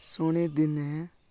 ଶୁଣି ଦିନ